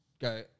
go